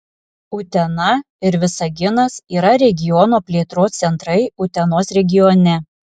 utena ir visaginas yra regiono plėtros centrai utenos regione